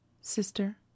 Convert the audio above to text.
Sister